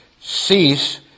cease